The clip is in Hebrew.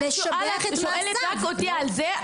את שואלת אותי על זה,